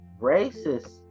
racist